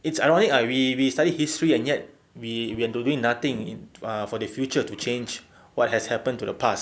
it's ironic ah we we study history and yet we we are doing nothing for the future to change what has happened to the past